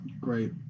Great